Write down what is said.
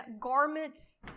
garments